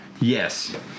Yes